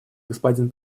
господин